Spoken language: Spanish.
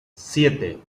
siete